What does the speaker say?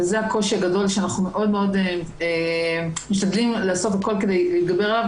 וזה הקושי הגדול שאנחנו מאוד מאוד משתדלים לעשות הכול כדי להתגבר עליו,